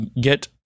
get